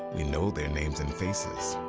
we know their names and faces